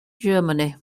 germany